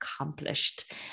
accomplished